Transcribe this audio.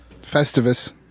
Festivus